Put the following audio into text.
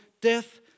Death